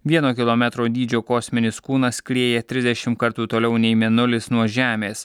vieno kilometro dydžio kosminis kūnas skrieja trisdešim kartų toliau nei mėnulis nuo žemės